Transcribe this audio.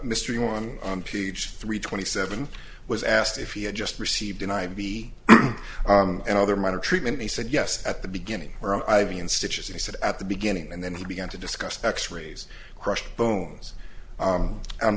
mystery one on peach three twenty seven was asked if he had just received an i v and other minor treatment he said yes at the beginning i be in stitches he said at the beginning and then he began to discuss x rays crushed bones